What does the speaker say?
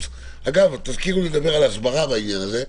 אגב, תזכירו לי לדבר על הסברה בעניין הזה,